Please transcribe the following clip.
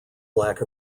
lack